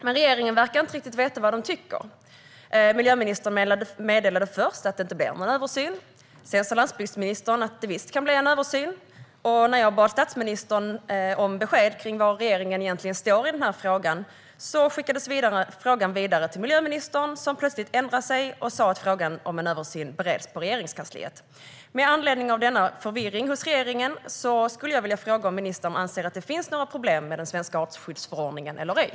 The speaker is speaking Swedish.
Men regeringen verkar inte riktigt veta vad den tycker. Miljöministern meddelade först att det inte blir någon översyn. Sedan sa landsbygdsministern att det visst kan bli en översyn. Och när jag bad statsministern om besked kring var regeringen egentligen står i denna fråga skickades frågan vidare till miljöministern, som plötsligt ändrade sig och sa att frågan om en översyn bereds på Regeringskansliet. Med anledning av denna förvirring hos regeringen skulle jag vilja fråga om ministern anser att det finns några problem med den svenska artskyddsförordningen eller ej.